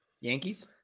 Yankees